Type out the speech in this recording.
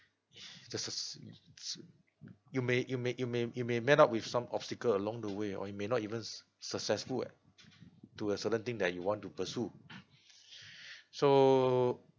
just as t~ you may you may you may you may met up with some obstacle along the way or you may not even s~ successful at to a certain thing that you want to pursue so